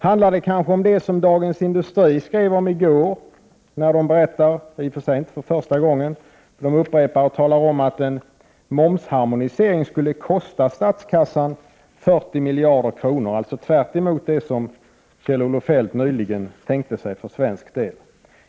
Handlar det kanske om det som Dagens Industri skrev om i går när tidningen berättade — i och för sig inte för första gången — att en momsharmonisering skulle kosta statskassan 40 miljarder kronor, alltså tvärt emot vad Kjell-Olof Feldt tänkte sig för svensk del?